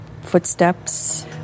footsteps